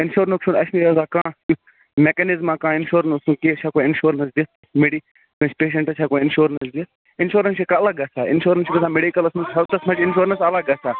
اِنشورَنسُک چھُنہٕ اَسہِ نشۍ آسان کانہہ اِیُتھ میکنِزٕما کانہہ اِنشورَنسُک کہِ أسۍ ہیٚکو اِنشورَنس دِتھ میڈی کٲنسہِ پیشنٹس ہیٚکو اِنشورَنس دِتھ اِنشورَنس چھُ الگ گَژھان اِنشورَنس چھُ گژھان میٚڈکَلس منٛز ہیٚلتھس منٛز چُھ اِنشورَنس اَلگ گَژھان